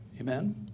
Amen